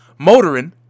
Motorin